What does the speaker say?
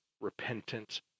repentance